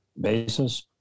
basis